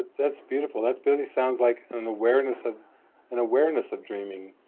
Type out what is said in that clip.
that's beautiful. that sounds like an awareness of and awareness of dreaming,